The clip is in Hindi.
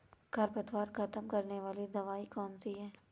खरपतवार खत्म करने वाली दवाई कौन सी है?